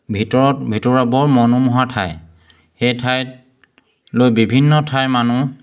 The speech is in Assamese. ভিতৰত ভিতৰুৱা বৰ মনোমোহা ঠাই সেই ঠাইতলৈ বিভিন্ন ঠাইৰ মানুহ